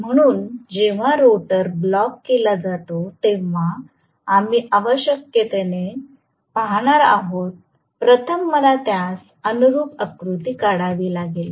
म्हणून जेव्हा rotor block केला जातो तेव्हा आम्ही आवश्यकतेने पहात आहोत प्रथम मला त्यास अनुरूप आकृती काढावी लागेल